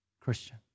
Christian